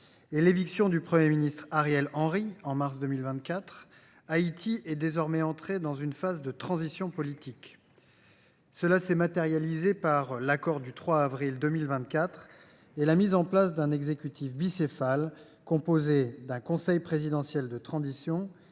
et l’éviction du Premier ministre Ariel Henry, en mars 2024, Haïti est désormais entré dans une phase de transition politique. Cela s’est matérialisé par l’accord du 3 avril 2024 et la mise en place d’un exécutif bicéphale, composé d’un conseil présidentiel de transition